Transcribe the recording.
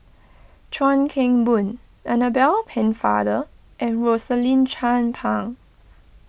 Chuan Keng Boon Annabel Pennefather and Rosaline Chan Pang